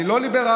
אני לא ליברלי,